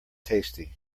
tasty